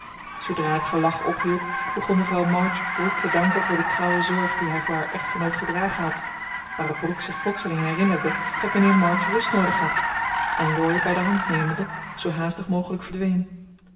zoodra het gelach ophield begon mevrouw march brooke te danken voor de trouwe zorg die hij voor haar echtgenoot gedragen had waarop brooke zich plotseling herinnerde dat mijnheer march rust noodig had en laurie bij de hand nemende zoo haastig mogelijk verdween